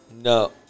No